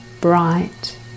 bright